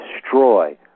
destroy